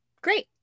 great